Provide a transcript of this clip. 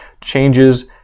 changes